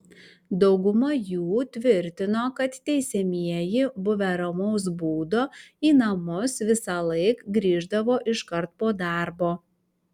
dauguma jų tvirtino kad teisiamieji buvę ramaus būdo į namus visąlaik grįždavo iškart po darbo